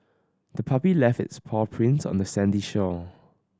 the puppy left its paw prints on the sandy shore